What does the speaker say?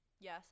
Yes